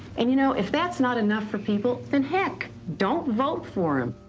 and you know, if that's not enough for people, then heck, don't vote for him.